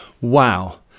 Wow